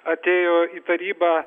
atėjo į tarybą